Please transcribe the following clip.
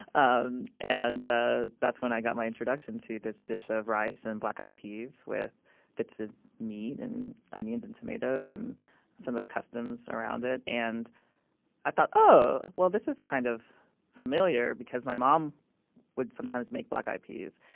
um ah that's when i got my introduction to this dish of rice and black-eyed peas with bits of meat and onions and tomatoes, and some of the customs around it. and i thought, oh, well, this is kind of familiar, because my mom would sometimes make black-eyed peas.